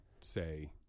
say